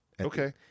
Okay